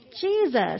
jesus